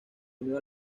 unió